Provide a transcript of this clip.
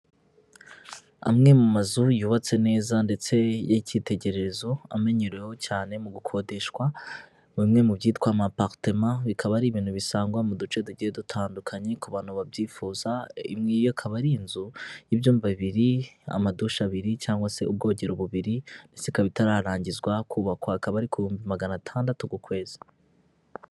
Amwe mu mazu yubatse neza ndetse y'icyitegererezo amenyereweho cyane mu gukodeshwa bimwe mu byitwa maparitema, bikaba ari ibintu bisangwa mu duce tugiye dutandukanye ku bantu babyifuza, iyo ikaba ari inzu y'ibyumba bibiri, amadushe abiri cyangwa se ubwogero bubiri, ndetse ikaba itararangizwa kubakwa, ikaba ari ibihumbi magana atandatu ku kwezi.